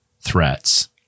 threats